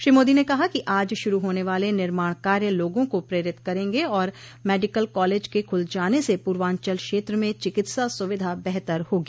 श्री मोदी ने कहा कि आज शुरू होने वाले निर्माण कार्य लोगों को प्रेरित करेंगे और मेडिकल कॉलेज के खूल जाने से पूर्वांचल क्षेत्र में चिकित्सा सुविधा बेहतर होगी